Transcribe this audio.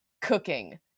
cooking